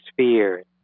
spheres